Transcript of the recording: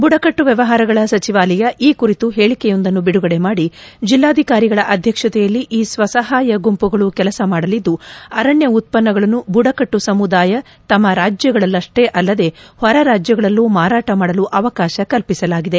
ಬುಡಕಟ್ಟು ವ್ಯವಹಾರಗಳ ಸಚಿವಾಲಯ ಈ ಕುರಿತು ಹೇಳಿಕೆಯೊಂದನ್ನು ಬಿಡುಗಡೆ ಮಾಡಿ ಜಿಲ್ಲಾಧಿಕಾರಿಗಳ ಅಧ್ಯಕ್ಷತೆಯಲ್ಲಿ ಈ ಸ್ವಸಹಾಯ ಗುಂಪುಗಳು ಕೆಲಸ ಮಾಡಲಿದ್ದು ಅರಣ್ಯ ಉತ್ಸನ್ನಗಳನ್ನು ಬುಡಕಟ್ಟು ಸಮುದಾಯ ತಮ್ಮ ರಾಜ್ಯಗಳಷ್ವೇ ಅಲ್ಲದೆ ಹೊರ ರಾಜ್ಯಗಳಲ್ಲೂ ಮಾರಾಟ ಮಾಡಲು ಅವಕಾಶ ಕಲ್ಪಿಸಲಾಗಿದೆ